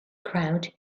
crowd